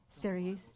series